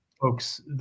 folks